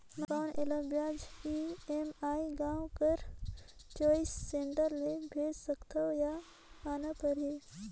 कौन एला ब्याज ई.एम.आई गांव कर चॉइस सेंटर ले भेज सकथव या आना परही?